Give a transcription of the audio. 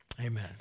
amen